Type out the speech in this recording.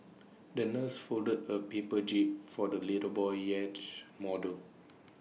the nurse folded A paper jib for the little boy's yacht model